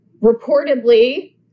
reportedly